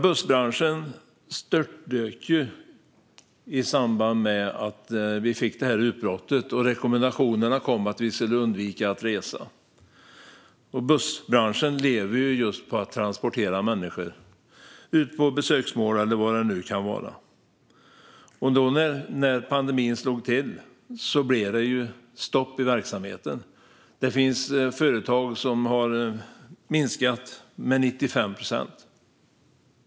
Bussbranschen störtdök i samband med att vi fick detta utbrott och rekommendationerna kom att vi skulle undvika att resa. Bussbranschen lever ju på att transportera människor till besöksmål eller vad det nu kan vara, så när pandemin slog till blev det stopp i verksamheten. Det finns företag som har minskat med 95 procent.